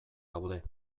gaude